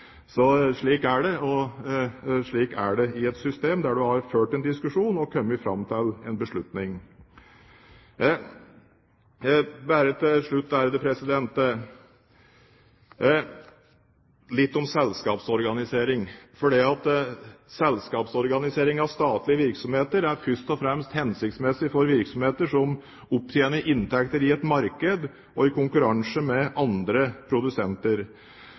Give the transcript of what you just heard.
Slik er det i et system der en har ført en diskusjon og kommet fram til en beslutning. Til slutt litt om selskapsorganisering. Selskapsorganisering av statlige virksomheter er først og fremst hensiktsmessig for virksomheter som opptjener inntekter i et marked og i konkurranse med andre produsenter.